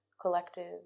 collective